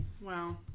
Wow